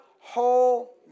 Whole